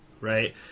right